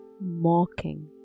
Mocking